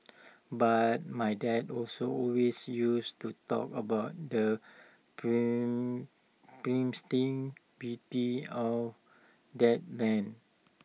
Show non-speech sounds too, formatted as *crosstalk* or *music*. but my dad also always used to talk about the *unintelligible* pristine beauty of that land